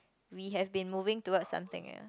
we have been moving towards something else